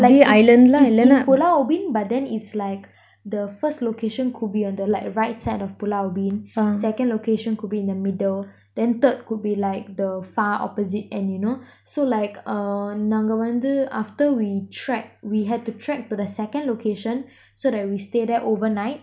like it's is in pulau ubin but then is like the first location could be on like the right side of pulau ubin second location could be in the middle then third could be like the far opposite end you know so like uh நாங்க வந்து:nanga vanthu after we trek we had to trek to the second location so that we stay there overnight